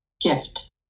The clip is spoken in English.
gift